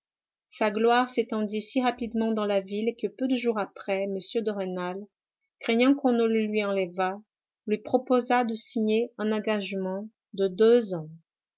sa gloire s'étendit si rapidement dans la ville que peu de jours après m de rênal craignant qu'on ne le lui enlevât lui proposa de signer un engagement de deux ans